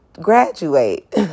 graduate